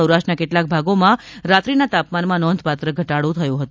સૌરાષ્ટ્રના કેટલોક ભાગોમાં રાત્રિના તાપમાનમાં નોંધપાત્ર ઘટાડો થયો હતો